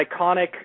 iconic